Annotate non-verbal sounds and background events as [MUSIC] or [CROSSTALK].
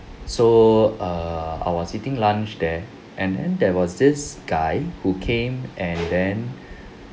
so err I was eating lunch there and then there was this guy who came and then [BREATH]